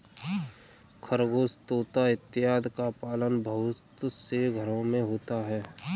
खरगोश तोता इत्यादि का पालन बहुत से घरों में होता है